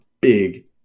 big